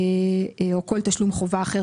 ארנונה או כל תשלום חובה אחר